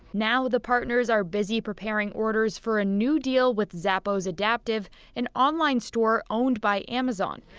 now the partners are busy preparing orders for a new deal with zappos adaptive an online store owned by amazon.